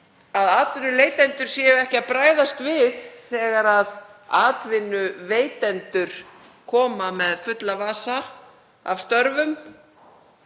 að atvinnuleitendur séu ekki að bregðast við þegar atvinnuveitendur koma með fulla vasa af störfum